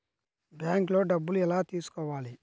బ్యాంక్లో డబ్బులు ఎలా తీసుకోవాలి?